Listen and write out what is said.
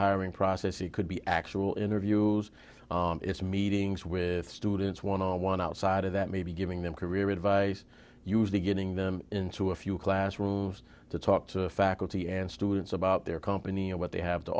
hiring process he could be actual interviews it's meetings with students one on one outside of that maybe giving them career advice used to getting them into a few classrooms to talk to faculty and students about their company and what they have to